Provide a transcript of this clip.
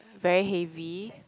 very heavy